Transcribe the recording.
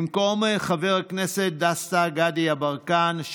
במקום חבר הכנסת דסטה גדי יברקן,